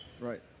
Right